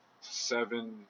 seven